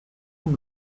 them